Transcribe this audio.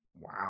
Wow